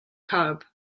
cub